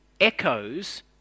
echoes